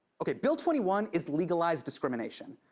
okay, bill twenty one is legalized discrimination.